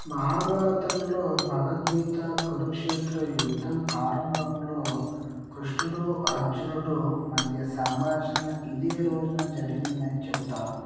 మహాభారతంలో భగవద్గీత కురుక్షేత్ర యుద్ధం ప్రారంభంలో కృష్ణుడు అర్జునుడి మధ్య సంభాషణ ఇదే రోజున జరిగిందని చెబుతారు